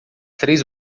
três